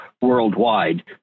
worldwide